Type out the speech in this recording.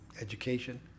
education